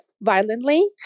violently